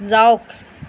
যাওক